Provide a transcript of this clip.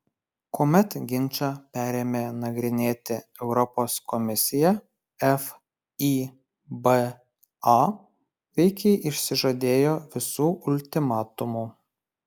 kuomet ginčą perėmė nagrinėti europos komisija fiba veikiai išsižadėjo visų ultimatumų